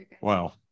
Wow